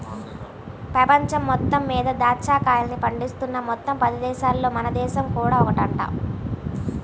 పెపంచం మొత్తం మీద దాచ్చా కాయల్ని పండిస్తున్న మొత్తం పది దేశాలల్లో మన దేశం కూడా ఒకటంట